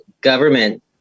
government